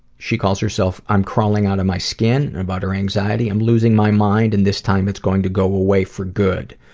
she calls herself i'mcrawlingoutofmyskin. about her anxiety, i'm losing my mind and this time it's going to go away for good.